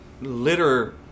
litter